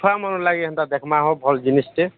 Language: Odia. ଛୁଆ ମନ ଲାଗି ଦେଖିବା ହଁ ଭଲ ଜିନିଷଟେ